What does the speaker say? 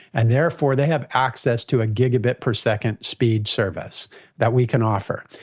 and therefore they have access to a gigabit-per-second speed service that we can offer.